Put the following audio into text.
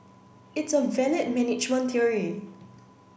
it's a valid management theory